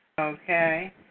Okay